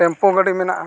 tempo ᱜᱟᱹᱰᱤ ᱢᱮᱱᱟᱜᱼᱟ